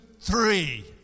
three